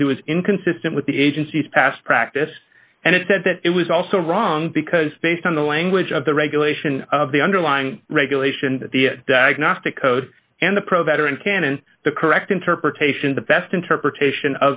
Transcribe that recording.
because it was inconsistent with the agency's past practice and it said that it was also wrong because based on the language of the regulation of the underlying regulation that the diagnostic code and the pro veteran canon the correct interpretation the best interpretation